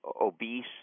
obese